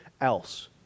else